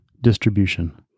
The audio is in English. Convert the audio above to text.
distribution